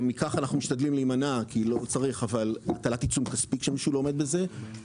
גם מכך אנחנו משתדלים להימנע הטלת עיצום כספי כשמישהו לא עומד בזה,